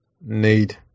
need